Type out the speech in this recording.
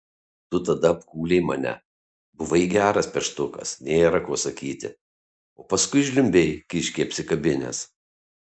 tu tada apkūlei mane buvai geras peštukas nėra ko sakyti o paskui žliumbei kiškį apsikabinęs